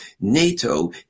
NATO